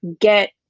get